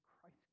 Christ